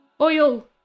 Oil